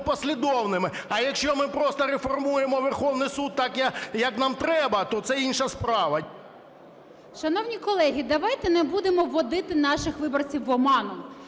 послідовними. А якщо ми просто реформуємо Верховний Суд так, як нам треба, то це інша справа. 17:32:33 ВЕНЕДІКТОВА І.В. Шановні колеги, давайте не будемо вводити наших виборців в оману.